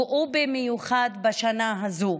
ובמיוחד בשנה הזאת.